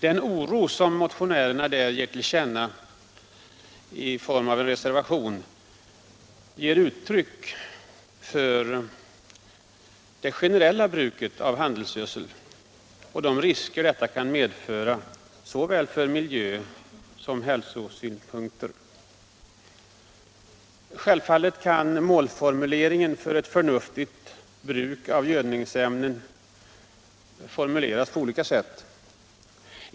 Den oro som motionärerna och reservanterna ger uttryck för gäller generellt bruket av handelsgödsel och de risker detta kan medföra såväl från miljö som från hälsosynpunkt. Självfallet kan målen för ett förnuftigt bruk av gödningsämnen formuleras på olika sätt.